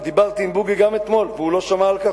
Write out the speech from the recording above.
דיברתי עם בוגי גם אתמול, והוא לא שמע על כך.